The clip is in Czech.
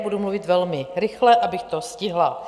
Budu mluvit velmi rychle, abych to stihla.